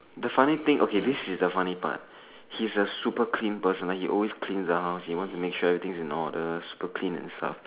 the funny thing okay this is the funny part he is a super clean person like he always cleans on he wants to make sure everything is in order super clean and stuff